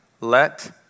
Let